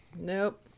Nope